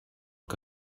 que